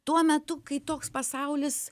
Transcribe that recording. tuo metu kai toks pasaulis